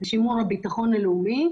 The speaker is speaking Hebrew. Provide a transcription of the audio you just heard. ושימור הביטחון הלאומי,